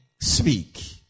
speak